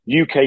UK